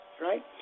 right